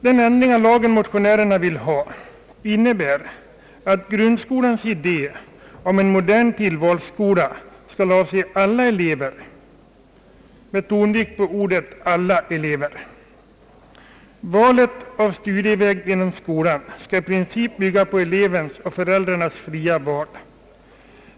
Den ändring av lagen som motionärerna vill ha innebär att grundskolans idé om en modern tillvalsskola skall avse alla elever, med tonvikt på ordet alla. Valet av studieväg inom skolan skall i princip bygga på elevernas och föräldrarnas fria val.